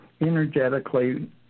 energetically